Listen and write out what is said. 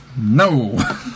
No